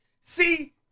See